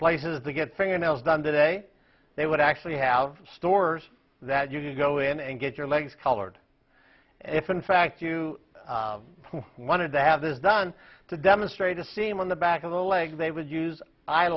places to get finger nails done today they would actually have stores that you can go in and get your legs colored if in fact you wanted to have this done to demonstrate a seam on the back of the leg they would use